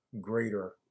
greater